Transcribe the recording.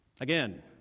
Again